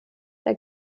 der